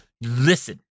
Listen